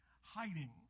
Hiding